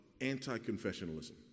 anti-confessionalism